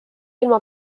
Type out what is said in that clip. ilma